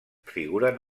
figuren